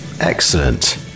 excellent